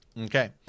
Okay